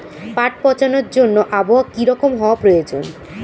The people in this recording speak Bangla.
পাট পচানোর জন্য আবহাওয়া কী রকম হওয়ার প্রয়োজন?